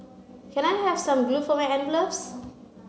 can I have some glue for my envelopes